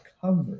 cover